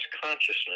consciousness